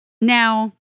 Now